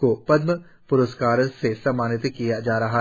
को पद्म प्रस्कारों से सम्मानित किया जा रहा है